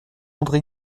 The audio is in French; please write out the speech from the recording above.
andré